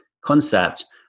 concept